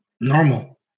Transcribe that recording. Normal